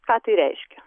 ką tai reiškia